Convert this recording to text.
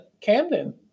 Camden